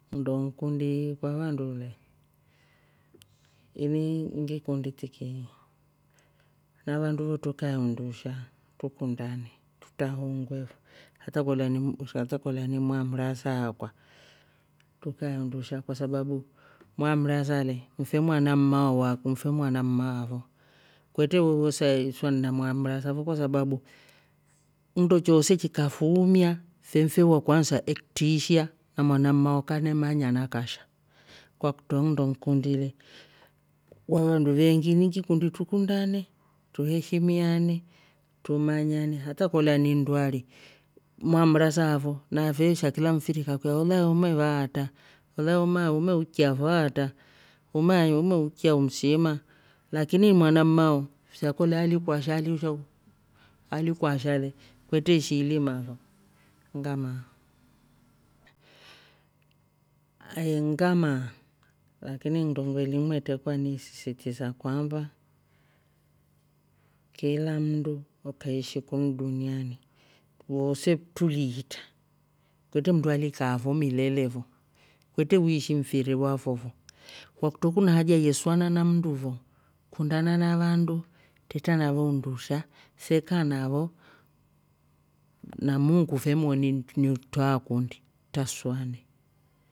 Nnndo ngikundi kwa vandu le inii ngikundi tiki na vandu vo tukae undusha tukundane tutra hongwe fo hata kolya ni- hata kolya ni mndu mwamrasa akwa tukae undusha kwa sababu mwa mrasa le mfe mwana mmao wako ni fe mwana mmafoo kwetre we wosa iishwa na mwamrasa fo kwasababu nndo choose kikafuumia fenfe wakwansa ektrishia na mwanammao kanemanya nakasha kwakutro nndo ngikundi le kwa vandu veengi ni ngikundi tukundane tuheshimiane tumanayane hata kolya ni ndwari mamrasa afo naafesha kila mfiri kauiya olae umevaa arta. olae ume- umeuchiya fo atra. ulae umeuchya umsima lakini mwana mmao sha kolya ali kwasha lisho. alikwasha le kwetre eshiilima fo ngamaa. Eeeh ngamaa lakini nndo ngiveeli nimetrekwa ni isisitisa kwamba kila mmndu akaishi kunu dunuani woose truli hitra kwetre mmndu alikaa fo milele fo. kwetre uwishi mfiri wafo fo kwakutro kuna haja ye suana na mndu mfo kundana na vandu treta navo undusha seka navo na muungu fe moni nikutro akundi utrasuane.